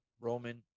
Roman